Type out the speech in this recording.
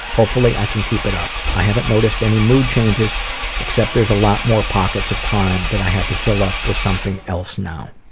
hopefully i can keep it up. i haven't noticed any mood changes except there's a lot more pockets of time that i have to fill up with something else now.